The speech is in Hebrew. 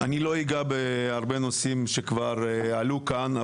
אני לא אגע בהרבה נושאים שכבר עלו כאן.